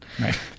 Right